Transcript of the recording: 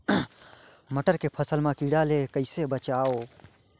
मटर के फसल मा कीड़ा ले कइसे बचाबो?